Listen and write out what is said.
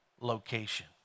location